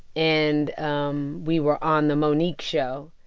and um we were on the mo'nique show.